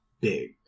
big